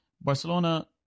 Barcelona